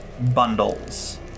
bundles